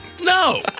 No